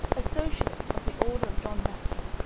a socialist of the order of john ruskin.